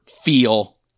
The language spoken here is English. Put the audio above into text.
feel